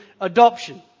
adoption